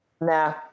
Nah